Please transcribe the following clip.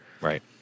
Right